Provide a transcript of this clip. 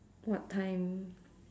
what time